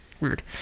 weird